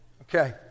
Okay